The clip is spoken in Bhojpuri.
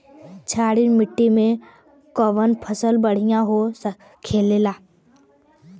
क्षारीय मिट्टी में कौन फसल बढ़ियां हो खेला?